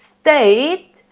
state